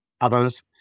others